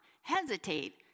hesitate